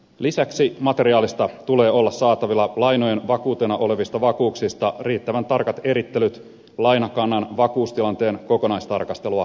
lisäksi materiaalista tulee olla saatavilla lainojen vakuutena olevista vakuuksista riittävän tarkat erittelyt lainakannan vakuutustilanteen kokonaistarkastelua varten